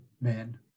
men